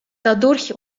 dadurch